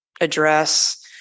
address